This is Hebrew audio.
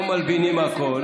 או מלבינים הכול,